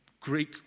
Greek